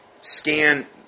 scan